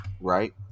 Right